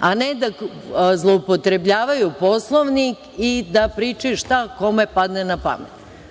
a ne da zloupotrebljavaju Poslovnik ni da pričaju šta kome pada na pamet.